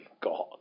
God